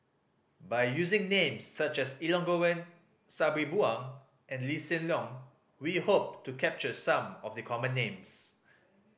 by using names such as Elangovan Sabri Buang and Lee Hsien Loong we hope to capture some of the common names